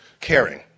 caring